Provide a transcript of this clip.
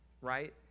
right